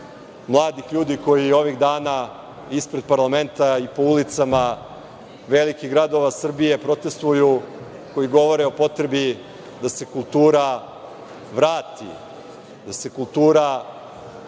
mladih ljudi koji ovih dana ispred parlamenta i po ulicama velikih gradova Srbije protestuju, koji govore o potrebi da se kultura vrati, da se kultura